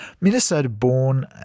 Minnesota-born